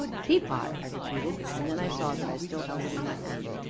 teapot? i repeated, and then i saw that i still held it in my hand.